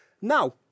Now